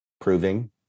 proving